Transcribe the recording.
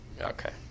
okay